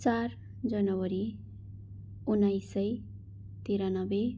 चार जनवरी उनाइस सय तिरानब्बे